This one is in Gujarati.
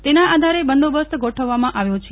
તેના આધારે બંદોબસ્ત ગોઠવવામાં આવ્યો છે